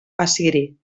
assiri